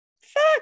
Fuck